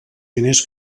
diners